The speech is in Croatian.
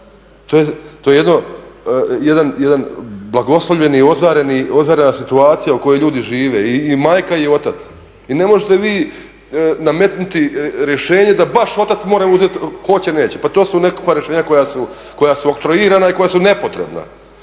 To je jedan blagoslovljeni, ozarena situaciju u kojoj ljudi žive i majka i otac, i ne možete vi nametnuti rješenje da baš otac mora uzeti hoće ili neće. Pa to su nekakva rješenja koja su oktroirana i koja su nepotrebna.